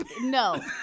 No